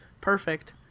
perfect